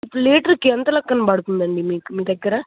ఇప్పుడు లీటర్కి ఎంత లెక్కన పడుతుందండి మీకు మీ దగ్గర